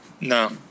No